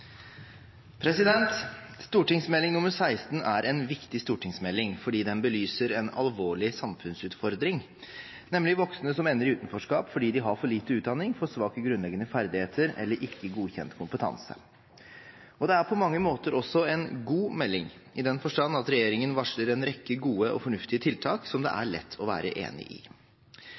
viktig stortingsmelding fordi den belyser en alvorlig samfunnsutfordring, nemlig voksne som ender i utenforskap fordi de har for lite utdanning, for svake grunnleggende ferdigheter eller ikke godkjent kompetanse. Det er på mange måter også en god melding, i den forstand at regjeringen varsler en rekke gode og fornuftige tiltak som det er lett å være enig i.